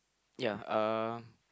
ya uh